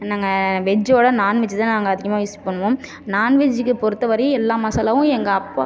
நாங்கள் வெஜ்ஜோடு நான்வெஜ்ஜு தான் நாங்கள் அதிகமாக யூஸ் பண்ணுவோம் நான்வெஜ்ஜுக்கு பொறுத்தவரையும் எல்லா மசாலாவும் எங்கள் அப்பா